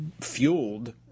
fueled